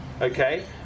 Okay